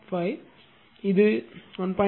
5 இது 1